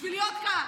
בשביל להיות כאן.